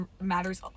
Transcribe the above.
matters